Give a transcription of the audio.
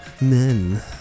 Men